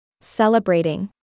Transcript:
Celebrating